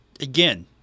again